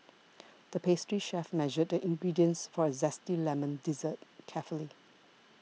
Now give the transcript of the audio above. the pastry chef measured the ingredients for a Zesty Lemon Dessert carefully